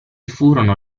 furono